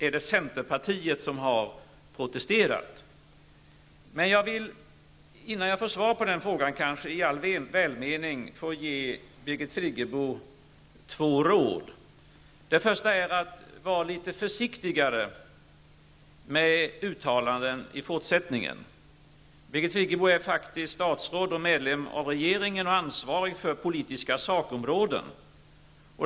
Är det centerpartiet som har protesterat? Innan jag får svar på denna fråga vill jag i all välmening ge Birgit Friggebo två råd. Det första är att hon skall vara litet försiktigare med uttalanden i fortsättningen. Birgit Friggebo är faktiskt statsråd och medlem av regeringen och ansvarig för politiska sakområden.